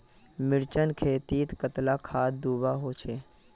मिर्चान खेतीत कतला खाद दूबा होचे?